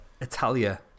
Italia